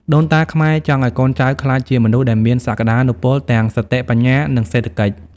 ដូនតាខ្មែរចង់ឱ្យកូនចៅក្លាយជាមនុស្សដែលមានសក្តានុពលទាំងសតិបញ្ញា និងសេដ្ឋកិច្ច។